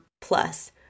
Plus